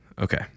Okay